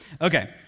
Okay